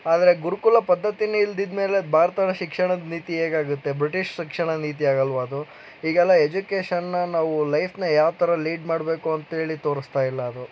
ಆದರೆ ಗುರುಕುಲ ಪದ್ದತಿನೇ ಇಲ್ದಿದ್ಮೇಲೆ ಅದು ಭಾರತದ ಶಿಕ್ಷಣದ ನೀತಿ ಹೇಗಾಗತ್ತೆ ಬ್ರಿಟಿಷ್ ಶಿಕ್ಷಣ ನೀತಿ ಆಗಲ್ವಾ ಅದು ಈಗೆಲ್ಲ ಎಜುಕೇಷನನ್ನ ನಾವು ಲೈಫನ್ನ ಯಾವ ಥರ ಲೀಡ್ ಮಾಡಬೇಕು ಅಂತ್ಹೇಳಿ ತೋರಿಸ್ತಾ ಇಲ್ಲ ಅದು